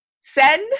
send